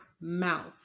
mouth